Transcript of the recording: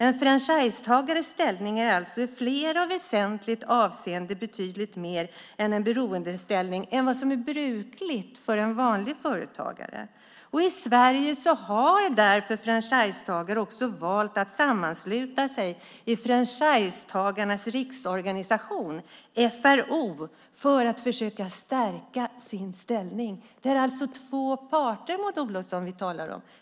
En franchisetagares ställning är i flera väsentliga avseenden betydligt mer fråga om en beroendeställning än vad som är brukligt för en vanlig företagare. I Sverige har därför franchisetagare valt att sammansluta sig i Franchisetagarnas Riksorganisation, FRO, för att försöka stärka sin ställning. Vi pratar om två parter, Maud Olofsson.